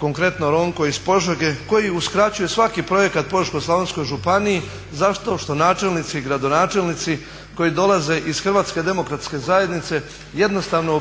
Konkretno Ronko iz Požege koji uskraćuje svaki projekat Požeško-slavonskoj županiji zato što načelnici i gradonačelnici koji dolaze iz HDZ-a jednostavno